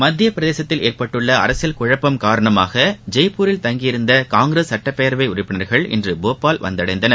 மத்திய பிரதேசத்தில் ஏற்பட்டுள்ள அரசியல் குழப்பம் காரணமாக ஜெய்பூரில் தங்கியிருந்த காங்கிரஸ் சட்டப்பேரவை உறுப்பினர்கள் இன்று போபால் வந்தடைந்தனர்